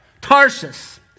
Tarsus